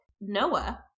Noah